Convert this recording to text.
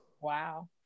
Wow